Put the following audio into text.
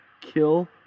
kill